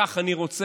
כך אני רוצה.